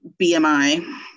BMI